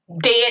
dead